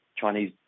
Chinese